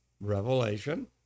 Revelation